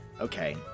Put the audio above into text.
Okay